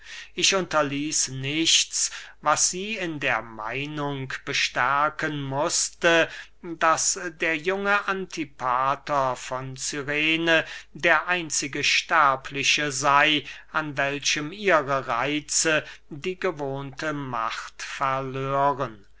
ich unterließ nichts was sie in der meinung bestärken mußte daß der junge antipater von cyrene der einzige sterbliche sey an welchem ihre reitze die gewohnte macht